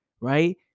right